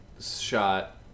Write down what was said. Shot